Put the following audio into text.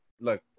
look